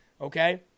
okay